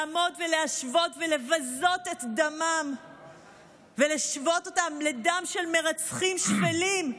לעמוד ולהשוות ולבזות את דמם ולהשוות אותו לדם של מרצחים שפלים,